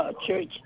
Church